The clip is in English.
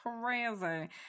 crazy